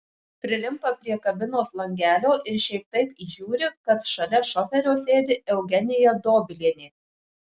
prilimpa prie kabinos langelio ir šiaip taip įžiūri kad šalia šoferio sėdi eugenija dobilienė